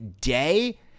day